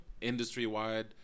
industry-wide